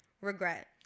Regret